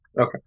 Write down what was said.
Okay